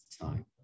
time